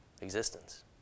existence